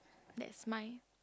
that's mine